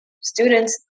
students